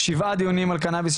שבעה דיונים על קנביס,